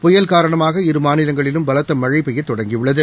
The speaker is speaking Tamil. புயல் காரணமாக இரு மாநிலங்களிலும் பலத்த மழை பெய்யத் தொடங்கியுள்ளது